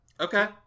Okay